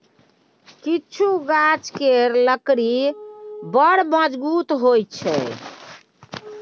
किछु गाछ केर लकड़ी बड़ मजगुत होइ छै